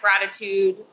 gratitude